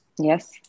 Yes